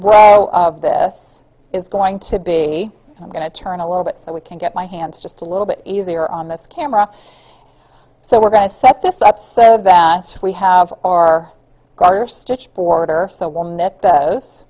row of this is going to be i'm going to turn a little bit so we can get my hands just a little bit easier on this camera so we're going to set this up so that we have or garter stitch border so